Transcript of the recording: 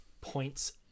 points